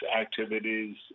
activities